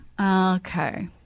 Okay